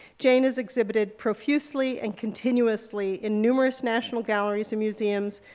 jane has exhibited profusely and continuously in numerous national galleries and museums,